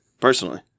Personally